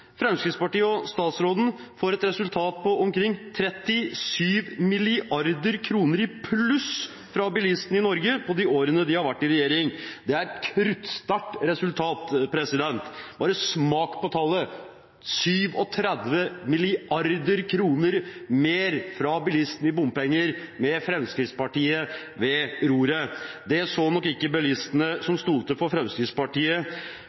Fremskrittspartiet lovet, Fremskrittspartiet og statsråden får et resultat på omkring 37 mrd. kr i pluss fra bilistene i Norge de årene de har vært i regjering. Det er et kruttsterkt resultat. Bare smak på tallet: 37 mrd. kr mer fra bilistene i bompenger med Fremskrittspartiet ved roret. Det så nok ikke bilistene